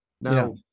Now